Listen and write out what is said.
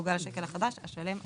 מעוגל לשקל החדש השלם הקרוב.".